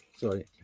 Sorry